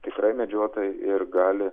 tikrai medžiotojai ir gali